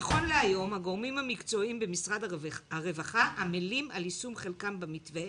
נכון להיום הגורמים המקצועיים במשרד הרווחה עמלים על יישום חלקם במתווה